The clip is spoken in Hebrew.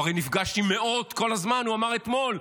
הוא הרי נפגש עם מאות כל הזמן, הוא אמר אתמול.